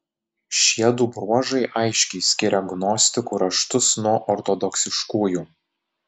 šiedu bruožai aiškiai skiria gnostikų raštus nuo ortodoksiškųjų